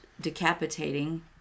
decapitating